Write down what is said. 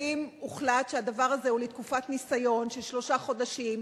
האם הוחלט שהדבר הזה הוא לתקופת ניסיון של שלושה חודשים?